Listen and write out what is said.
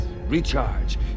recharge